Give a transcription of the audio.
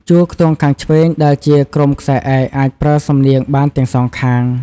ជួរខ្ទង់ខាងឆ្វេង ដែលជា ក្រុមខ្សែឯក អាចប្រើសំនៀងបានទាំងសងខាង។